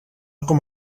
com